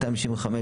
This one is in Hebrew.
265,